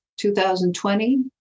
2020